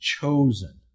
chosen